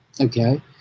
Okay